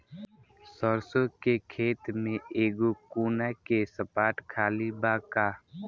सरसों के खेत में एगो कोना के स्पॉट खाली बा का?